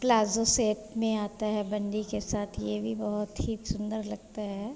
palazzo set में आता है बंदी के साथ ये भी बहुत ही सुंदर लगता है